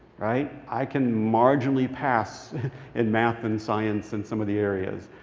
right? i can marginally pass in math and science and some of the areas.